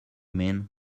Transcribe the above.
mean